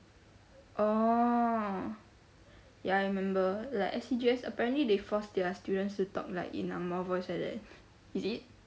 orh ya I remember like S_C_G_S apparently they force their students to talk like in angmoh voice like that is it